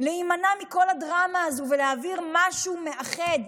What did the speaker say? להימנע מכל הדרמה הזו ולהעביר משהו מאחד,